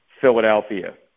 Philadelphia